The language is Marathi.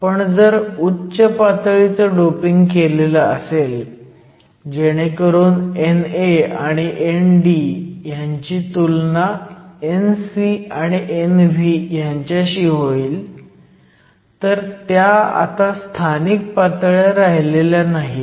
पण जर उच्च पातळीचं डोपिंग केलेलं असेल जेणेकरून NA आणि ND ह्यांची तुलना Nc and Nv ह्यांच्याशी होईल तर त्या आता स्थानिक पातळी राहिलेल्या नाहीयेत